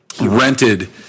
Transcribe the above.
rented